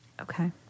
Okay